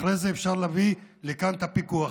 אחרי זה אפשר להביא לכאן את הפיקוח.